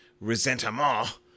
resentment